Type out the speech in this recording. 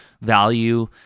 value